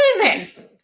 amazing